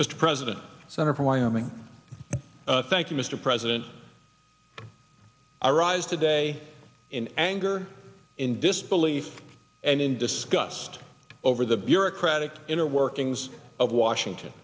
mr president center for wyoming thank you mr president i rise today in anger in disbelief and in disgust over the bureaucratic inner workings of washington